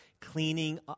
cleaning